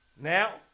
now